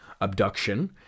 abduction